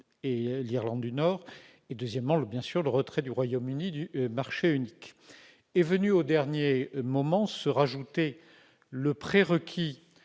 et l'Irlande du Nord et, bien sûr, le retrait du Royaume-Uni du marché unique. Est venu au dernier moment se rajouter le prérequis